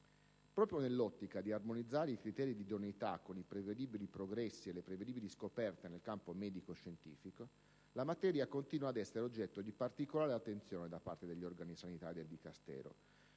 Proprio nell'ottica di armonizzare i criteri di idoneità con i prevedibili progressi e scoperte nel campo medico-scientifico, la materia continua ad essere oggetto di particolare attenzione da parte degli organi sanitari del Dicastero